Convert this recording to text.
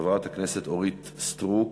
חברת הכנסת אורית סטרוק,